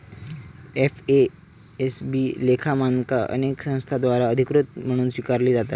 FASB लेखा मानका अनेक संस्थांद्वारा अधिकृत म्हणून स्वीकारली जाता